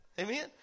Amen